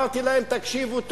אמרתי להם: תקשיבו טוב,